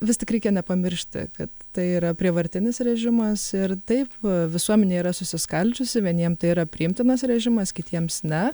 vis tik reikia nepamiršti kad tai yra prievartinis režimas ir taip visuomenė yra susiskaldžiusi vieniem tai yra priimtinas režimas kitiems ne